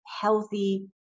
healthy